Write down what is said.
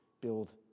build